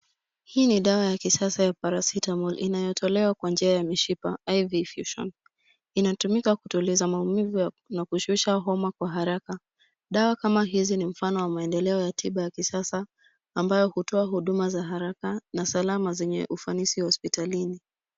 Hii ni dawa ya kisasa ya Paracetamol, inayotolewa kwa njia ya mishipa, (cs) I.V. infusion (cs). Inatumika kutuliza maumivu na kushusha homa kwa haraka. Dawa kama hizi ni mfano wa maendeleo ya tiba ya kisasa ambayo hutoa huduma za haraka na salama zenye ufanisi hospitalini.